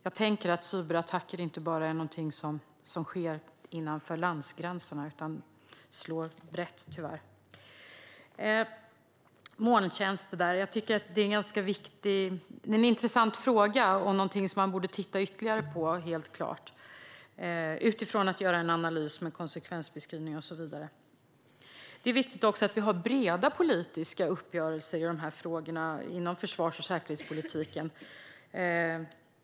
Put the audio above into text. Jag tänker mig att cyberattacker inte bara är någonting som sker innanför landsgränserna utan någonting som slår brett. Jag tycker att frågan om molntjänster är ganska intressant och helt klart någonting som man borde titta ytterligare på utifrån en analys med konsekvensbeskrivning och så vidare. Det är också viktigt att vi har breda politiska uppgörelser i frågor inom försvars och säkerhetspolitiken.